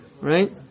right